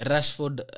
Rashford